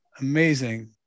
amazing